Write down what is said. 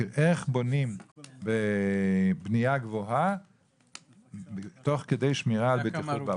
איך בונים בנייה גבוה תוך כדי שמירה על בטיחות בעבודה.